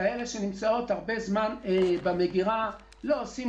כאלה שנמצאות הרבה זמן במגירה ולא עושים